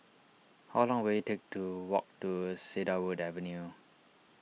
how long will it take to walk to Cedarwood Avenue